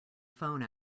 phone